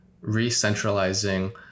re-centralizing